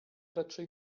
raczej